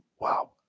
wow